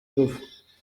gupfa